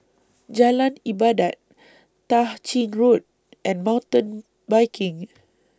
Jalan Ibadat Tah Ching Road and Mountain Biking